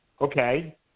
okay